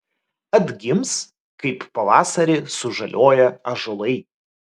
atgims kaip pavasarį sužaliuoja ąžuolai